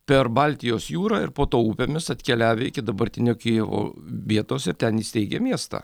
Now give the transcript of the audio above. per baltijos jūrą ir po to upėmis atkeliavę iki dabartinio kijevo vietos ten įsteigę miestą